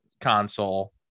Console